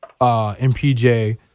MPJ